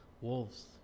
Wolves